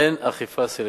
אין אכיפה סלקטיבית.